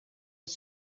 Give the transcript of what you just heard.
els